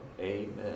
Amen